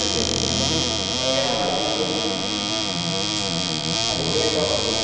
set ചെയ്തേക്കുന്നത് അല്ലെ അത് ഇങ്ങന നല്ല അടിപൊളി ആയിരുന്നു അടിപൊളി ആയിട്ടാണോ ഉള്ളത്